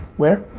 where?